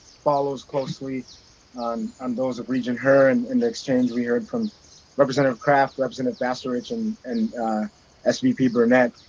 follows closely on um those of regent her and and exchange we heard from representative kraft, representative basarich and and svp burnett.